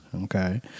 okay